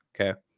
Okay